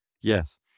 Yes